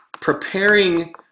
preparing